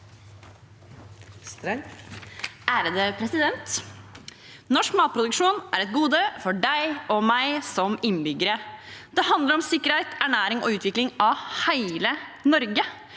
(Sp) Norsk matproduksjon er et gode for deg og meg som innbyggere. Det handler om sikkerhet, ernæring og utvikling av hele Norge.